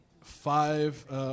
five